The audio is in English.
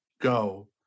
go